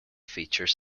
feature